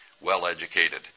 well-educated